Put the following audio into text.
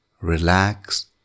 relax